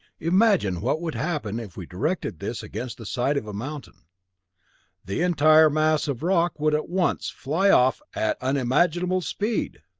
imagine what would happen if we directed this against the side of a mountain the entire mass of rock would at once fly off at unimaginable speed,